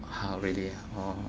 好 already ah orh